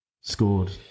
scored